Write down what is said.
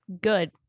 Good